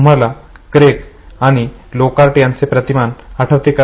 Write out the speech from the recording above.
तुम्हाला क्रेक आणि लोकार्ट यांचे प्रतिमान आठवते का